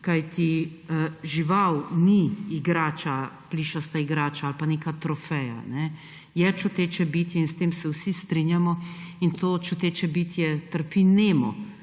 kajti žival ni plišasta igrača ali pa neka trofeja. Je čuteče bitje in s tem se vsi strinjamo. In to čuteče bitje trpi nemo,